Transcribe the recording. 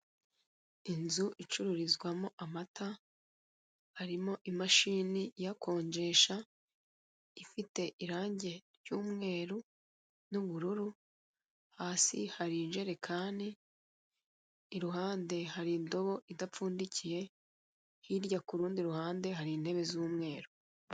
Inzu icururizwamo amata harimo imashini iyakonjesha, ifite irange ry'umweru n'ubururu, hasi hari injerekani, iruhande hari indobo idapfundikiye, hirya kurundi ruhande hari intebe z'umweru.